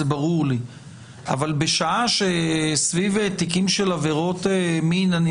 זה ברור לי אבל בשעה שסביב תיקים של עבירות מין אני